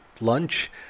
lunch